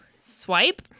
swipe